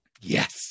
Yes